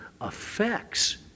affects